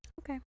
Okay